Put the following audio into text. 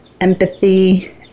empathy